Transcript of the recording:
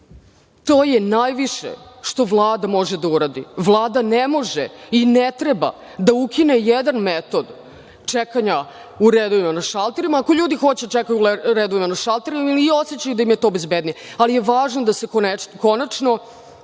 To je najviše što Vlada može da uradi. Vlada ne može i ne treba da ukine jedan metod čekanja u redovima na šalterima ako ljudi hoće da čekaju redove na šalterima ili osećaju da im je to bezbednije, ali je važno da se konačno